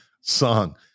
song